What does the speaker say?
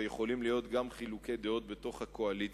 ויכולים להיות חילוקי דעות גם בתוך הקואליציה.